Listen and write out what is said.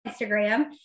Instagram